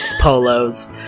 polos